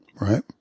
right